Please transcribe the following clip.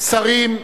שרים,